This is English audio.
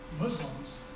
Muslims